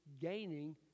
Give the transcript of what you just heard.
gaining